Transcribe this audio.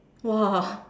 !wah!